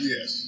Yes